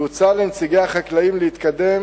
והוצע לנציגי החקלאים להתקדם